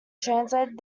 translated